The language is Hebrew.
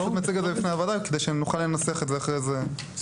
אני פשוט מציג את זה בפני הוועדה כדי שנוכל לנסח את זה אחר כך בנסחות.